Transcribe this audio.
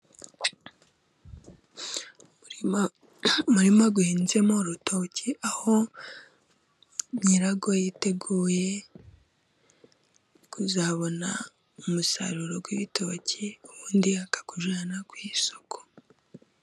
Umurima uhinzemo urutoki aho nyirawo yiteguye kuzabona umusaruro w'ibitoki ubundi akawujyana ku isoko.